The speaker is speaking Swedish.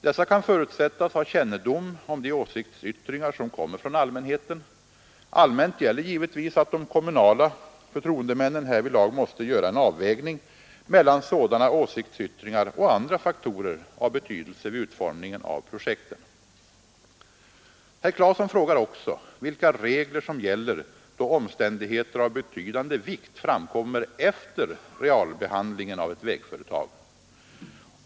Dessa kan förutsättas ha kännedom om de åsiktsyttringar som kommer från allmänheten. Allmänt gäller givetvis att de kommunala förtroendemännen härvidlag måste göra en avvägning mellan sådana åsiktsyttringar och andra faktorer av betydelse vid utformningen av projekten. Herr Claeson frågar också vilka regler som gäller då omständigheter av betydande vikt framkommer efter realbehandlingen av ett vägföretag.